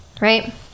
right